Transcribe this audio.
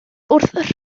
wrth